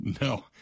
no